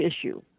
issue